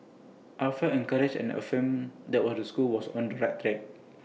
I felt encouraged and affirmed that what school was on the right track